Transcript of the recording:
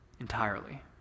entirely